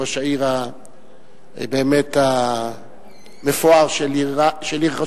ראש העיר באמת המפואר של עיר חשובה,